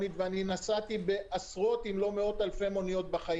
ונסעתי בעשרות אם לא מאות-אלפי מוניות בחיי